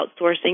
outsourcing